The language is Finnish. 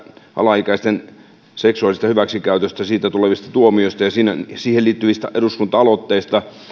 alaikäisten seksuaalisesta hyväksikäytöstä siitä tulevista tuomioista ja siihen liittyvistä eduskunta aloitteista